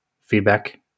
feedback